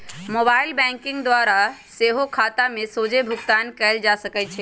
mobile banking द्वारा सेहो खता में सोझे भुगतान कयल जा सकइ छै